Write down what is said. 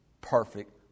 perfect